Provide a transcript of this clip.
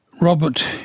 Robert